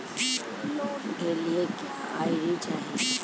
Loan के लिए क्या आई.डी चाही?